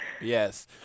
Yes